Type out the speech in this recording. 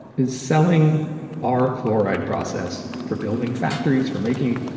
is selling our chloride process for building factories, for making